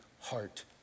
heart